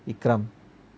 vikram